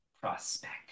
prospect